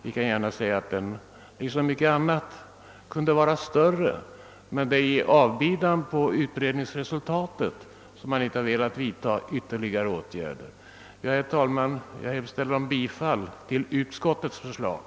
Vi kan gärna säga att denna liksom så mycket annat kunde vara större, men det är i avbidan på utredningens resultat som man inte velat vidta några ytterligare åtgärder. Herr talman! Jag hemställer om bifall till utskottets förslag.